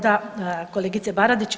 Da kolegice Baradić.